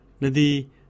Nadi